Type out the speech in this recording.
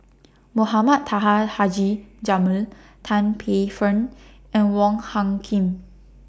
Mohamed Taha Haji Jamil Tan Paey Fern and Wong Hung Khim